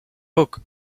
book